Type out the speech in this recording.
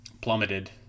plummeted